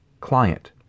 client